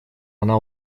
она